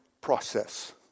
process